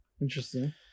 Interesting